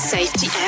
Safety